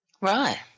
Right